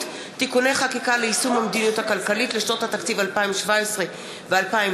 (תיקוני חקיקה ליישום המדיניות הכלכלית לשנות התקציב 2017 ו-2018),